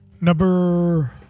Number